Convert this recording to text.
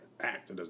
act